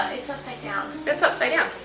it's upside down. it's upside down.